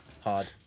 hard